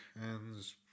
hands